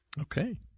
Okay